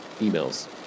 emails